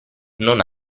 non